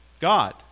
God